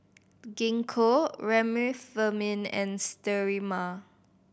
Gingko Remifemin and Sterimar